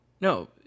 No